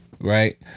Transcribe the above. right